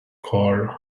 car